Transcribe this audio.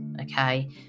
okay